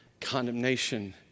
condemnation